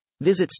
Visit